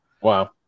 wow